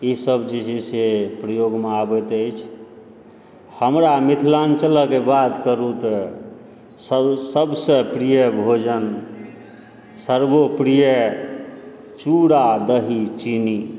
ईसभ जे छै से प्रयोगमे आबति अछि हमरा मिथिलाञ्चलक बात करु तऽ सभसँ प्रिय भोजन सर्वोप्रिय चुरा दही चीनी